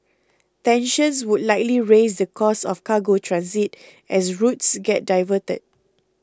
tensions would likely raise the cost of cargo transit as routes get diverted